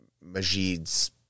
Majid's